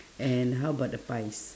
and how about the pies